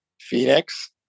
Phoenix